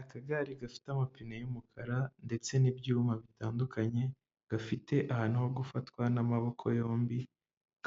Akagare gafite amapine y'umukara, ndetse n'ibyuma bitandukanye, gafite ahantu ho gufatwa n'amaboko yombi,